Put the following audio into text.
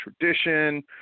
tradition